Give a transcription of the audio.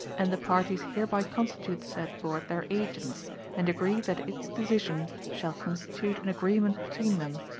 and the parties hereby constitute said board their agents and agree that its decision shall constitute an agreement between them,